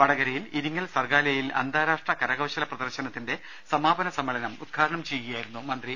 വടകരയിൽ ഇരിങ്ങൽ സർഗാലയയിൽ അന്താഷ്ട്ര കരകൌശല പ്രദർശനത്തിന്റെ സമാപന സമ്മേളനം ഉദ്ഘാടനം ചെയ്യുകയായിരുന്നു മന്ത്രി